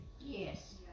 Yes